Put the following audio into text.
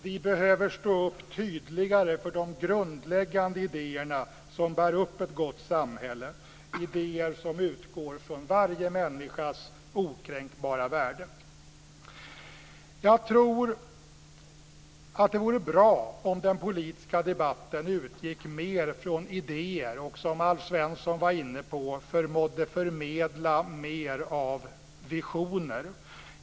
Vi behöver stå upp tydligare för de grundläggande idéer som bär upp ett gott samhälle - idéer som utgår från varje människas okränkbara värde. Jag tror att det vore bra om den politiska debatten utgick mer från idéer och, som Alf Svensson var inne på, förmådde förmedla mer av visioner.